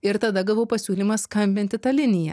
ir tada gavau pasiūlymą skambinti ta linija